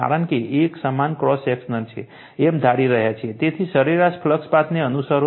કારણ કે એક સમાન ક્રોસ સેક્શન છે એમ ધારી રહ્યા છીએ તેથી સરેરાશ ફ્લક્સ પાથને અનુસરો